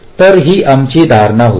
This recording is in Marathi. तर ही आमची धारणा होती